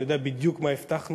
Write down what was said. אני יודע בדיוק מה הבטחנו,